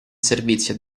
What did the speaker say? servizio